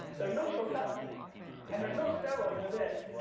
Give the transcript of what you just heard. there's no shortcut and there's no steroids in this.